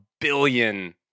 billion